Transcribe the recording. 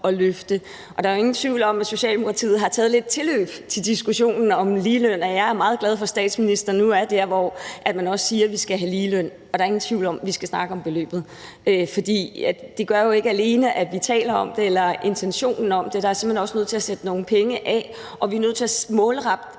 at løfte. Og der ingen tvivl om, at Socialdemokratiet har taget lidt tilløb til diskussionen om ligeløn, og jeg er meget glad for, at statsministeren nu er der, hvor man også siger, at vi skal have ligeløn. Og der er ingen tvivl om, at vi skal snakke om beløbet, for det gør det jo ikke alene, at vi taler om det eller har intentionen om det; vi er simpelt hen også nødt til at sætte nogle penge af, og vi er nødt til at målrette